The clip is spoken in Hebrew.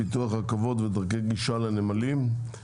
"פיתוח רכבות ודרכי גישה לנמלים".